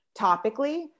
topically